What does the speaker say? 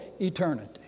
eternity